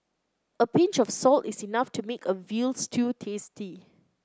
a pinch of salt is enough to make a veal stew tasty